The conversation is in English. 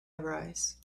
arise